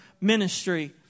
ministry